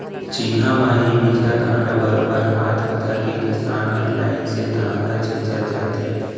चिन्हा म ही बीजहा धान ल बरोबर हाथ म धरके किसान मन लाइन से धान ल छींचत जाथें